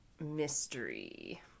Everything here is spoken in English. mystery